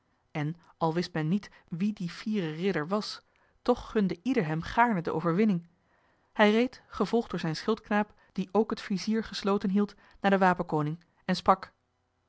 en al wist men niet wie die fiere ridder was toch gunde ieder hem gaarne de overwinning hij reed gevolgd door zijn schildknaap die ook het vizier gesloten hield naar den wapenkoning en sprak